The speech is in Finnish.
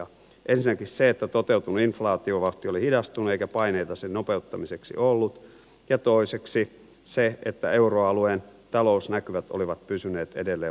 ensinnäkin se että toteutunut inflaatiovauhti oli hidastunut eikä paineita sen nopeuttamiseksi ollut ja toiseksi se että euroalueen talousnäkymät olivat pysyneet edelleen varsin vaimeina